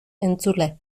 entzule